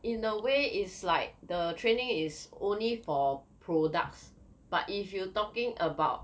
in a way is like the training is only for products but if you talking about